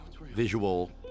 visual